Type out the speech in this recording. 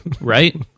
right